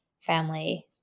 family